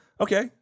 Okay